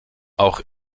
auch